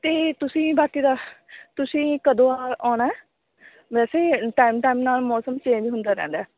ਅਤੇ ਤੁਸੀਂ ਬਾਕੀ ਦਾ ਤੁਸੀਂ ਕਦੋਂ ਆਉਣਾ ਵੈਸੇ ਟਾਇਮ ਟਾਇਮ ਨਾਲ ਮੌਸਮ ਚੇਂਜ ਹੁੰਦਾ ਰਹਿੰਦਾ